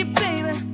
baby